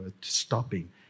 stopping